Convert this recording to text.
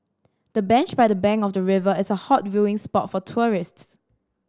the bench by the bank of the river is a hot viewing spot for tourists